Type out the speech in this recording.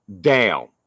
down